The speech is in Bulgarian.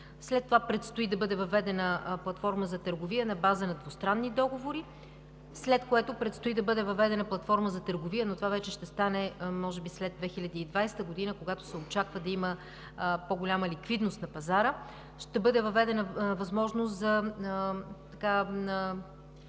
След това предстои да бъде въведена платформа за търговия на база на двустранни договори, след което предстои да бъде въведена платформа за търговия, но това вече ще стане може би след 2020 г., когато се очаква да има по-голяма ликвидност на пазара и ще бъде въведена възможност за